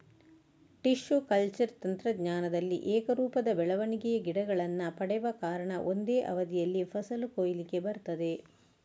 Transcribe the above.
tissue culture ತಂತ್ರಜ್ಞಾನದಲ್ಲಿ ಏಕರೂಪದ ಬೆಳವಣಿಗೆಯ ಗಿಡಗಳನ್ನ ಪಡೆವ ಕಾರಣ ಒಂದೇ ಅವಧಿಯಲ್ಲಿ ಫಸಲು ಕೊಯ್ಲಿಗೆ ಬರ್ತದೆ